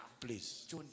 Please